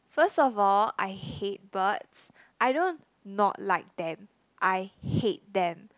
first of all I hate birds I don't not like them I hate them